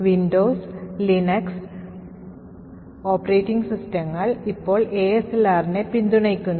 Windows Linux operating സിസ്റ്റങ്ങൾ ഇപ്പോൾ ASLR നെ പിന്തുണയ്ക്കുന്നു